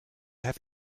have